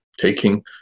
taking